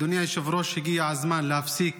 אדוני היושב-ראש, הגיע הזמן להפסיק